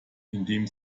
indem